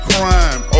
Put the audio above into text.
Crime